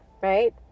right